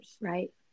Right